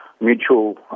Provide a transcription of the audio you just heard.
mutual